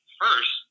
first